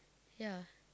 ya